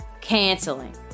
canceling